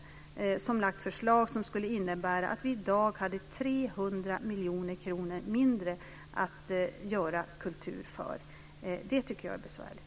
Det partiet har lagt fram förslag som skulle innebära att vi i dag hade haft 300 miljoner kronor mindre att göra kultur för. Det tycker jag är besvärligt.